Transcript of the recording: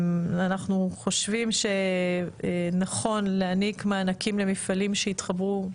אנחנו חושבים שנכון להעניק מענקים למפעלים שיתחברו,